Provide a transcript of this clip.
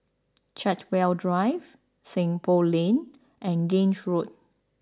Chartwell Drive Seng Poh Lane and Grange Road